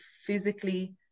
physically